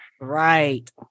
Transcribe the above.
Right